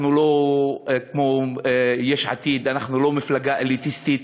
אנחנו לא כמו יש עתיד, אנחנו לא מפלגה אליטיסטית,